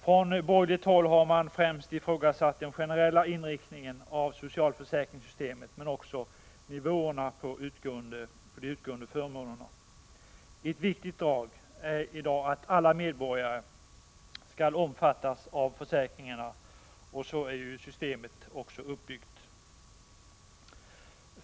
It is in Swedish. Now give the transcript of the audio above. Från borgerligt håll har man främst ifrågasatt den generella inriktningen av socialförsäkringssystemet men också nivåerna på de utgående förmånerna. Ett viktigt drag är att alla medborgare skall omfattas av försäkringarna, och så är systemet också uppbyggt.